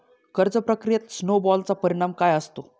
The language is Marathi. कर्ज प्रक्रियेत स्नो बॉलचा परिणाम काय असतो?